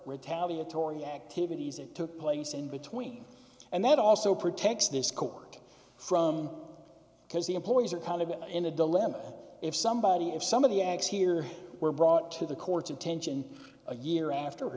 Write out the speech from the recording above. tabby atory activities that took place in between and that also protects this court from because the employees are caught in a dilemma if somebody if somebody acts here were brought to the court's attention a year after